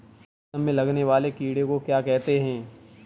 रेशम में लगने वाले कीड़े को क्या कहते हैं?